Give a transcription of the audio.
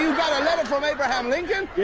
got a letter from abraham lincoln.